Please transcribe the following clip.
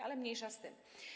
Ale mniejsza z tym.